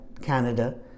Canada